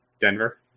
Denver